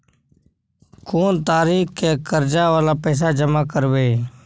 कोन तारीख के कर्जा वाला पैसा जमा करबे?